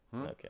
Okay